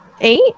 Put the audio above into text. eight